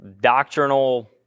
doctrinal